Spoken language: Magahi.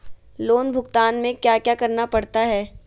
लोन भुगतान में क्या क्या करना पड़ता है